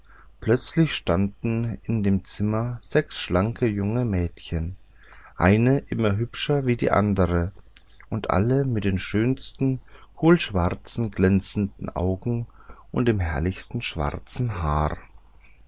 plötzlich standen in dem zimmer sechs schlanke junge mädchen eine immer hübscher wie die andere und alle mit den schönsten kohlschwarzen glänzenden augen und dem herrlichsten schwarzen haar